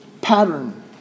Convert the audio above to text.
pattern